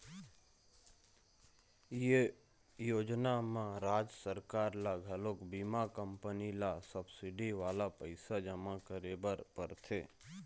ए योजना म राज सरकार ल घलोक बीमा कंपनी ल सब्सिडी वाला पइसा जमा करे बर परथे